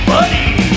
Buddy